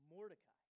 Mordecai